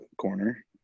corner